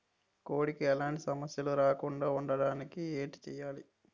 కోడి కి ఎలాంటి సమస్యలు రాకుండ ఉండడానికి ఏంటి చెయాలి?